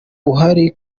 uhari